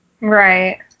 right